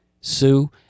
Sue